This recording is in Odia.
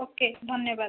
ଓ କେ ଧନ୍ୟବାଦ